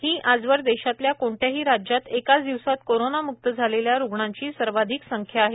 ही आजवर देशातल्या कोणत्याही राज्यात एकाच दिवसात करोनामुक्त झालेल्या रुग्णांची सर्वाधिक संख्या आहे